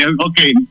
okay